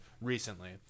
recently